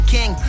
King